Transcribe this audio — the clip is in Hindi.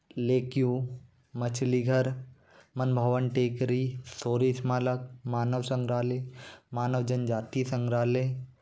लेक्यू मछलीघर मनभावन टेकरी शौर्य स्मारक मानव संग्रहालय मानव जनजाति संग्रहालय